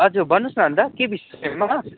हजुर भन्नुहोस् न अन्त के विषयमा